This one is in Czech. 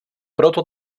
proto